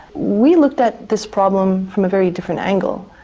we looked at this problem from a very different angle.